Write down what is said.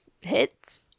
hits